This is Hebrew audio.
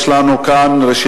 יש לנו רשימת